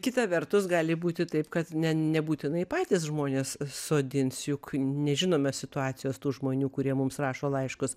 kita vertus gali būti taip kad ne nebūtinai patys žmonės sodins juk nežinome situacijos tų žmonių kurie mums rašo laiškus